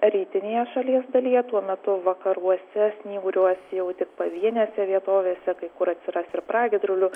rytinėje šalies dalyje tuo metu vakaruose snyguriuos jau tik pavienėse vietovėse kai kur atsiras ir pragiedrulių